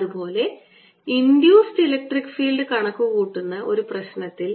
അതുപോലെ induced electric field കണക്കുകൂട്ടുന്ന ഒരു പ്രശ്നത്തിൽ